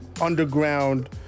underground